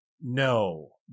No